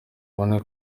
ubone